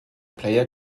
player